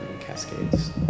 Cascades